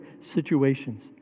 situations